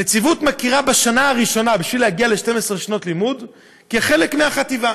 הנציבות מכירה בשנה הראשונה בשביל להגיע ל-12 שנות לימוד כחלק מהחטיבה